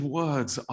words